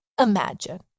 imagine